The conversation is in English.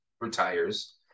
retires